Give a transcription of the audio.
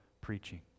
preaching